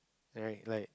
alright like